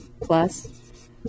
plus